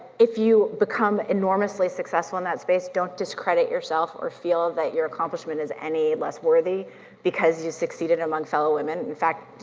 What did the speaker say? if you become enormously successful in that space, don't discredit yourself or feel that your accomplishment is any less worthy because you succeeded amongst all ah women, in fact,